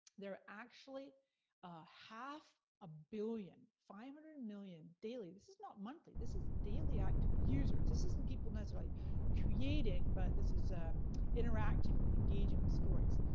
they're actually a half a billion, five hundred million, daily, this is not monthly, this is daily, active users. this isn't people necessarily creating, but this is ah interacting with engaging of stories.